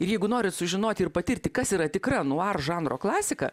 ir jeigu norit sužinoti ir patirti kas yra tikra nuar žanro klasika